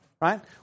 right